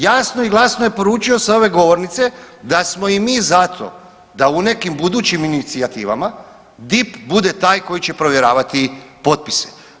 Jasno i glasno je poručio sa ove govornice da smo i mi za to da u nekim budućim inicijativama DIP bude taj koji će provjeravati potpise.